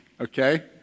okay